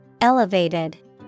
Elevated